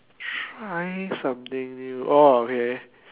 try something new orh okay